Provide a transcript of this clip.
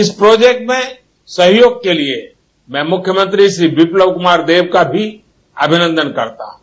इस प्रोजेक्ट में सहयोग के लिए मैं मख्यमंत्री श्री विपणव कुमार देव का भी अभिनन्दन करता हूं